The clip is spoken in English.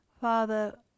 Father